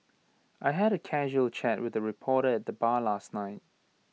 I had A casual chat with A reporter at the bar last night